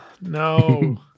no